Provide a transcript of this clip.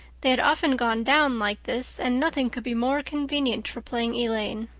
they had often gone down like this and nothing could be more convenient for playing elaine.